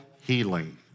healing